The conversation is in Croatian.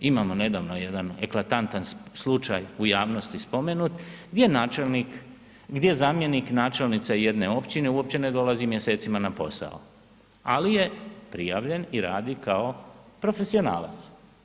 Imamo nedavno jedan eklatantan slučaj u javnosti spomenut gdje načelnik, gdje zamjenik načelnice jedne općine uopće ne dolazi mjesecima na posao, ali je prijavljen i radi kao profesionalac.